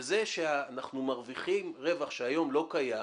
וזה שאנחנו מרוויחים רווח שהיום לא קיים,